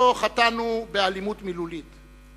לא חטאנו באלימות מילולית?